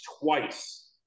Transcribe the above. twice